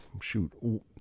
shoot